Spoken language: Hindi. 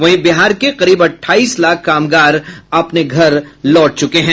वहीं बिहार के करीब अठाईस लाख कामगार अपने घर लौट चुके हैं